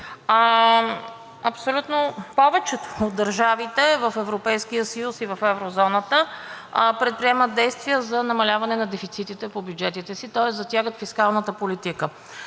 продължи, повечето от държавите в Европейския съюз и в еврозоната предприемат действия за намаляване на дефицитите по бюджетите си, тоест затягат фискалната политика.